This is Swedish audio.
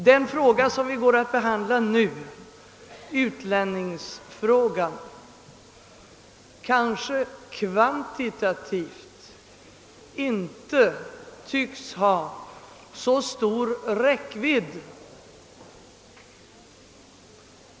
Den fråga som vi nu går att behandla, utlänningsfrågan, kanske kvantitativt inte tycks ha så stor räckvidd.